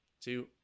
two